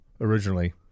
originally